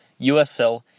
USL